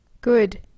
Good